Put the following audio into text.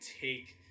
take